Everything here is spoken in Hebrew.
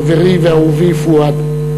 חברי ואהובי פואד,